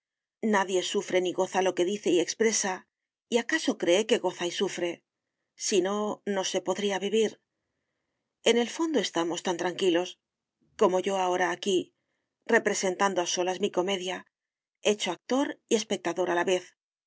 nadie sufre ni goza lo que dice y expresa y acaso cree que goza y sufre si no no se podría vivir en el fondo estamos tan tranquilos como yo ahora aquí representando a solas mi comedia hecho actor y espectador a la vez